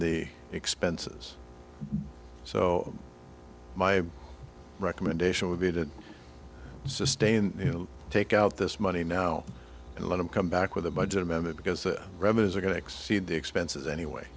the expenses so my recommendation would be to sustain you know take out this money now and let him come back with a budget amendment because revenues are going to exceed the expenses anyway